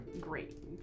Great